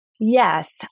Yes